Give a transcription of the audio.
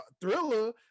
Thriller